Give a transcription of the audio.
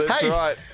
Hey